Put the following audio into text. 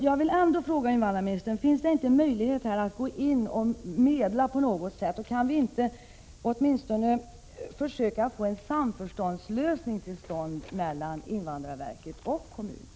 Jag vill fråga invandrarministern om det inte finns någon möjlighet att gå in och på något sätt medla? Kan man åtminstone inte försöka åstadkomma en samförståndslösning mellan invandrarverket och kommunerna?